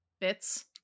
Bits